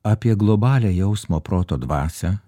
apie globalią jausmo proto dvasią